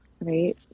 right